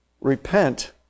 Repent